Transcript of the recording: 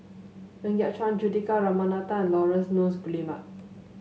Ng Yat Chuan Juthika Ramanathan Laurence Nunns Guillemard